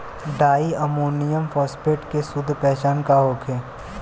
Di ammonium phosphate के शुद्ध पहचान का होखे?